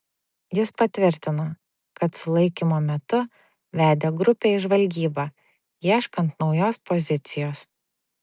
jis patvirtino kad sulaikymo metu vedė grupę į žvalgybą ieškant naujos pozicijos